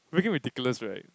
freaking ridiculous right